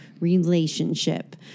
relationship